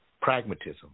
pragmatism